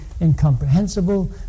incomprehensible